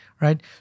right